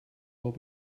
what